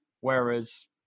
whereas